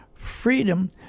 Freedom